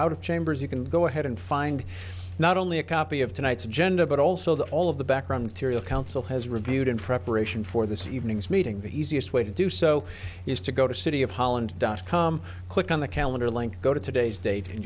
out of chambers you can go ahead and find not only a copy of tonight's agenda but also that all of the background theory of counsel has reviewed in preparation for this evening's meeting the easiest way to do so is to go to city of holland dot com click on the calendar link go to today's date and